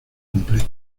completo